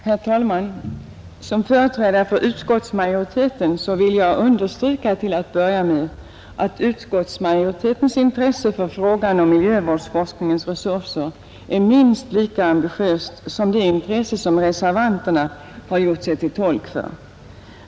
Herr talman! Som företrädare för utskottsmajoriteten vill jag till att börja med understryka att majoritetens intresse för frågan om miljövårdsforskningens resurser är minst lika ambitiöst som det intresse reservanterna har gjort sig till tolk för.